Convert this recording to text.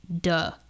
Duh